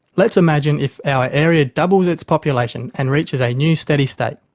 let's imagine if our area doubles its population and reaches a new steady state.